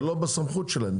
זה לא בסמכות שלהם,